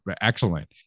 excellent